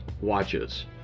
Watches